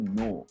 no